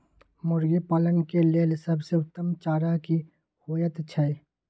मुर्गी पालन के लेल सबसे उत्तम चारा की होयत छै?